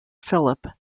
philip